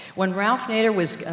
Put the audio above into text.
when ralph nader was, ah,